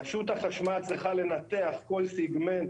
שרשות החשמל צריכה לנתח כל סיגמנט,